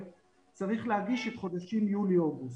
צריך להגיש את חודשים יולי-אוגוסט.